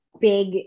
big